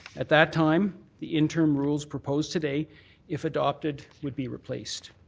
at that time, the interim rules proposed today if adopted would be replaced.